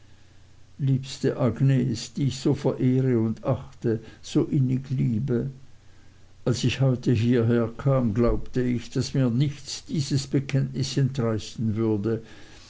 liebste agnes die ich dich so verehre und achte so innig liebe als ich heute hierherkam glaubte ich daß mir nichts dieses bekenntnis entreißen würde